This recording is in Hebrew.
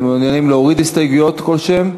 אתם מעוניינים להוריד הסתייגויות כלשהן?